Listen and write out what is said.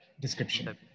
description